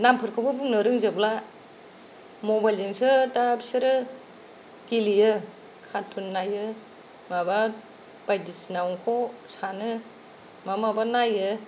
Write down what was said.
नामफोरखौबो बुंनो रोंजोबला मबाइल जोंसो दा बिसोरो गेलेयो कार्टुन नायो माबा बायदिसिना अंख' सानो माबा माबा नायो